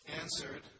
answered